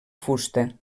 fusta